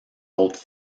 autres